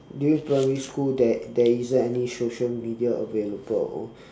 during primary school there there isn't any social media available